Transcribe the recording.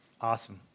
Awesome